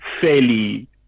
fairly